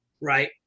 Right